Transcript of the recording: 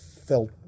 felt